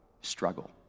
struggle